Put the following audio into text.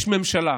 יש ממשלה,